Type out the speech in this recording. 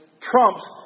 trumps